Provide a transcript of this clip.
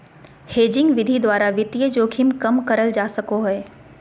hedging विधि द्वारा वित्तीय जोखिम कम करल जा सको हय